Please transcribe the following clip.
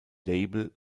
label